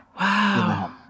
Wow